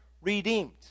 redeemed